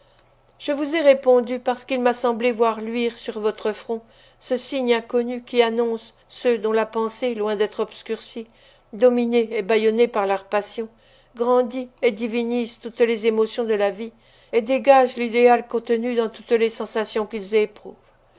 je vous ai répondu parce qu'il m'a semblé voir luire sur votre front ce signe inconnu qui annonce ceux dont la pensée loin d'être obscurcie dominée et bâillonnée par leurs passions grandit et divinise toutes les émotions de la vie et dégage l'idéal contenu dans toutes les sensations qu'ils éprouvent